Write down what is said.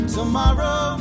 Tomorrow